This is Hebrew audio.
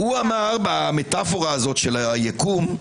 אמר במטאפורה של היקום,